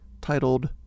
titled